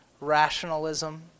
rationalism